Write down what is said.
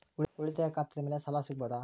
ಉಳಿತಾಯ ಖಾತೆದ ಮ್ಯಾಲೆ ಸಾಲ ಸಿಗಬಹುದಾ?